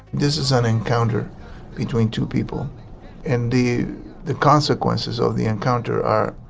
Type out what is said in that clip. this is an encounter between two people and the the consequences of the encounter are.